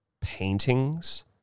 paintings